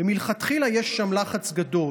ומלכתחילה יש שם לחץ גדול,